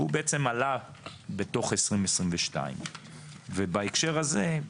והוא בעצם עלה בתוך 2022. ובהקשר הזה,